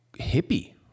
hippie